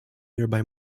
nearby